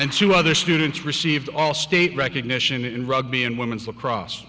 and to other students received all state recognition in rugby and women's lacrosse